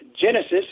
Genesis